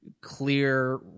clear